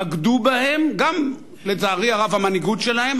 בגדו בהם, גם, לצערי הרב, המנהיגות שלהם.